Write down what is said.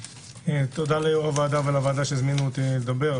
תודה ליו"ר הוועדה ולוועדה שהזמינו אותי לדבר.